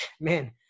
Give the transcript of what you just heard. man